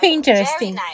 Interesting